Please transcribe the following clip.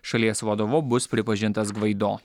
šalies vadovu bus pripažintas gvaido